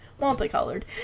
multicolored